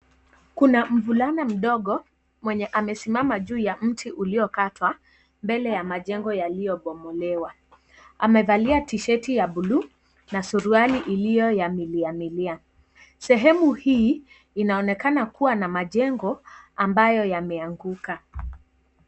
Kuna mvulana mdogo mwenye amesimama juu ya mti uliokatwa. mbele ya majengo yaliyobomolewa. Amevalia tishati ya buluu na suruali iliyo ya miliamilia. Sehemu hii inaonekana kuwa na majengo ambayo yameanguka.